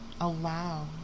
Allow